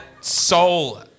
soul